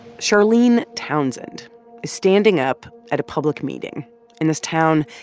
charlene townsend is standing up at a public meeting in this town,